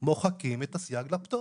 הכלכלה מוחקים את הסייג לפטור.